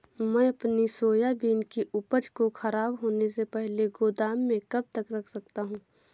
मैं अपनी सोयाबीन की उपज को ख़राब होने से पहले गोदाम में कब तक रख सकता हूँ?